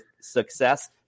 success